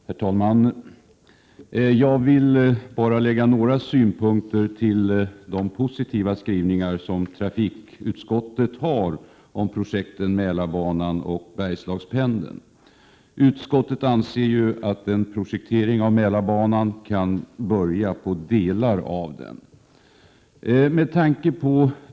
Herr talman! Jag vill bara foga några synpunkter till de positiva skrivningar som trafikutskottet har gjort om projekten Mälarbanan och Bergslagspendeln. Utskottet anser ju att en projektering av Mälarbanan kan börja på delar av den.